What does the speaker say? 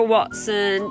Watson